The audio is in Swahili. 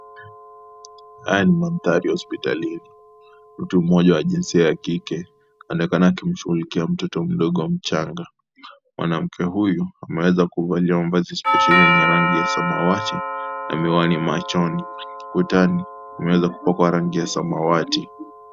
Haya ni mandhari ya hospitalini , mtu mmoja wa jinsia ya kike anaonekana akimshughulikia mtoto mmoja mchanga , mwanamke huyu ameweza kuvalia mavazi spesheli ya rangi ya samawati na miwani machoni ukutani kumeweza kupakwa rangi ya samawati .